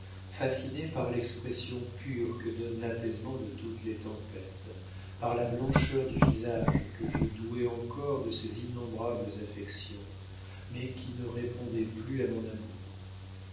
fasciné par l'expression pure que donne l'apaisement de toutes les tempêtes par la blancheur du visage que je douais encore de ses innombrables affections mais qui ne répondait plus à mon amour